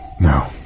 No